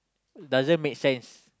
doesn't makes sense